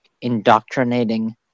indoctrinating